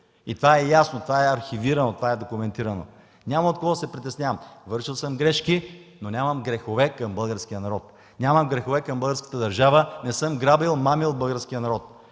и това е ясно, архивирано и документирано е. Няма от какво да се притеснявам. Вършил съм грешки, но нямам грехове към българския народ. Нямам грехове към българската държава, не съм грабил и мамил българския народ.